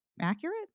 accurate